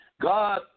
God